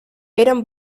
eran